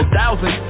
thousand